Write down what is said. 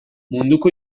munduko